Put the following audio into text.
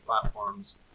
platforms